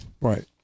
Right